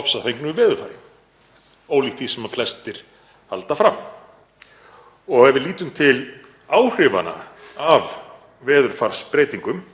ofsafengnu veðurfari, ólíkt því sem flestir halda fram. Ef við lítum til áhrifanna af veðurfarsbreytingum